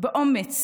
באומץ